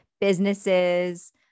businesses